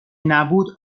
نبود